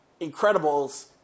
Incredibles